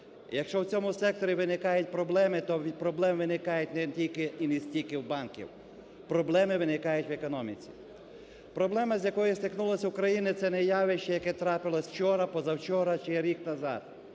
якщо в цьому секторі виникають проблеми, то проблеми виникають не тільки і не стільки в банків, проблеми виникають в економіці. Проблема з якою стикнулась Україна – це не явище, яке трапилось вчора, позавчора, чи рік назад,